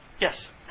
Yes